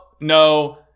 no